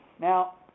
Now